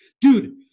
Dude